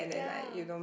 ya